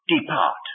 depart